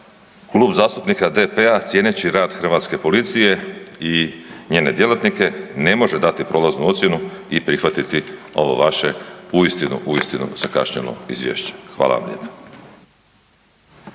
Klub zastupnika DP-a cijeneći rad hrvatske policije i njene djelatnike ne može dati prolaznu ocjenu i prihvatiti ovo vaše uistinu, uistinu zakašnjelo Izvješće. Hvala vam lijepa.